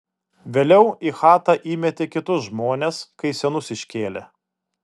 vėliau į chatą įmetė kitus žmones kai senus iškėlė